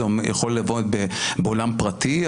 זה יכול לבוא עד עולם פרטי,